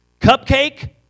Cupcake